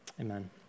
Amen